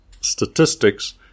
statistics